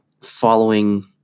following